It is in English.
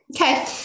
Okay